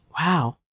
wow